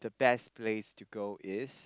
the best place to go is